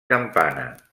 campana